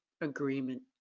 agreement